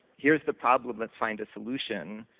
here's the problem, let's find a solution.